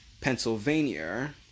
Pennsylvania